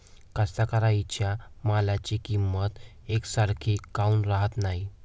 कास्तकाराइच्या मालाची किंमत यकसारखी काऊन राहत नाई?